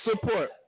support